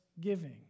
giving